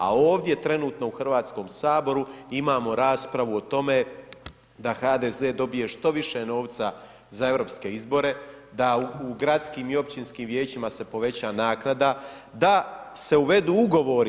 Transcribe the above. A ovdje trenutno u Hrvatskom saboru imamo raspravu o tome da HDZ dobije što više novca za europske izbore, da u gradskim i općinskim vijećima se poveća naknada, da se uvedu ugovori.